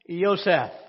Joseph